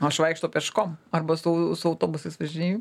aš vaikštau peškom arba su su autobusais važinėju